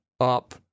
up